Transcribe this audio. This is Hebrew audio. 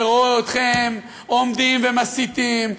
ורואה אתכם עומדים ומסיתים,